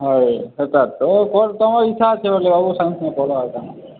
ହଏ ହେଟା ତ ତୋର୍ ତୁମର୍ ଇଚ୍ଛା ଅଛେ ବୋଲେ ବାବୁ ସାଇନ୍ସ ନେଇ ପଢ଼ିବ ଆଉ କ'ଣ